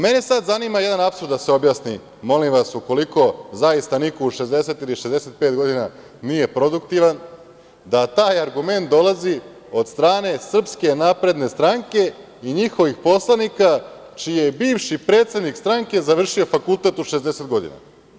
Mene sad zanima jedan apsurd da se objasni, molim vas, ukoliko, zaista, niko u 60 ili 65 godina nije produktivan, da taj argument dolazi od strane SNS i njihovih poslanika čiji je bivši predsednik stranke završio fakultet u 60 godina.